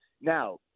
now